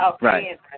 Right